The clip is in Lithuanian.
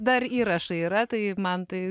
dar įrašai yra tai man tai